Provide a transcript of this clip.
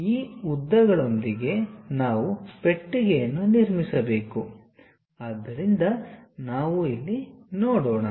ಈ ಉದ್ದಗಳೊಂದಿಗೆ ನಾವು ಪೆಟ್ಟಿಗೆಯನ್ನು ನಿರ್ಮಿಸಬೇಕು ಆದ್ದರಿಂದ ನಾವು ನೋಡೋಣ